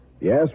Yes